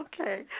Okay